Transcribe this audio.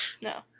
No